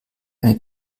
eine